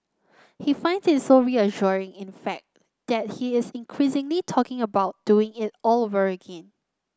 he find it so reassuring in fact that he is increasingly talking about doing it all very again